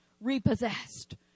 repossessed